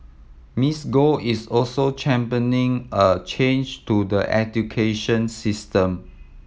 Miss Go is also championing a change to the education system